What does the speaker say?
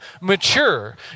mature